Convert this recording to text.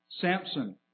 Samson